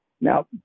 Now